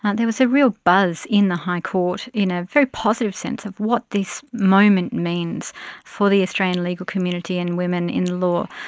and there was a real buzz in the high court in a very positive sense of what this moment means for the australian legal community and women in law.